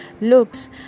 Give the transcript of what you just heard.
looks